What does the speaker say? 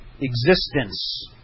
existence